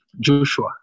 Joshua